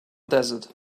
desert